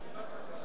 רבותי,